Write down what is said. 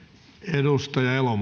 arvoisa